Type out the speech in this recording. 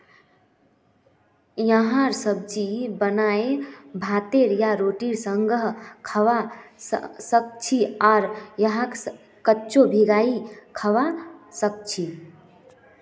यहार सब्जी बनाए भातेर या रोटीर संगअ खाबा सखछी आर यहाक कच्चो भिंगाई खाबा सखछी